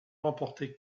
remportée